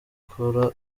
kora